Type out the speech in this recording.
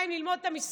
מה עם ללמוד את המשרד?